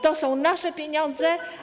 To są nasze pieniądze.